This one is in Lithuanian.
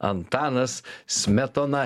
antanas smetona